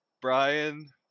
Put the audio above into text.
Brian